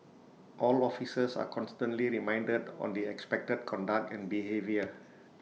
all officers are constantly reminded on the expected conduct and behaviour